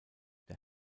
der